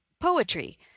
poetry